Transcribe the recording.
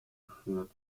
geführt